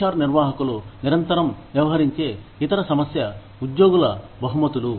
HR నిర్వాహకులు నిరంతరం వ్యవహరించే ఇతర సమస్య ఉద్యోగుల బహుమతులు